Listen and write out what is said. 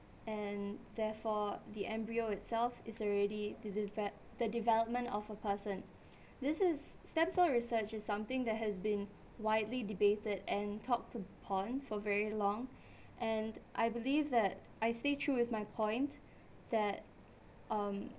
and therefore the embryo itself is already deve~ the development of a person this is stem cell research is something that has been widely debated and talked upon for very long and I believe that I stay through with my point that um